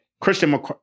Christian